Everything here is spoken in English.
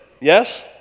Yes